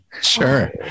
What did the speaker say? Sure